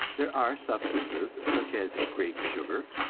there are substances, such as grape-sugar,